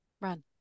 Run